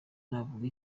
navuga